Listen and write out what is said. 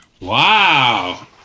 Wow